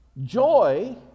Joy